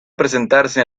presentarse